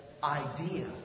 Idea